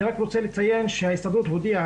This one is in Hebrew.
אני רק רוצה לציין שההסתדרות הודיעה